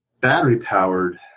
battery-powered